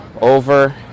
Over